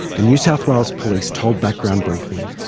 the new south wales police told background briefing,